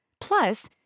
Plus